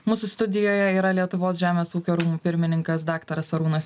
mūsų studijoje yra lietuvos žemės ūkio rūmų pirmininkas daktaras arūnas